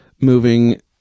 moving